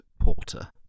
Porter